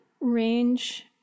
range